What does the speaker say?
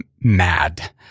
Mad